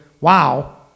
wow